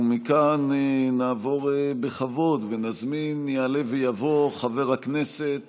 מכאן נעבור בכבוד, ונזמין, יעלה ויבוא חבר הכנסת